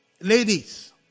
ladies